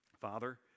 Father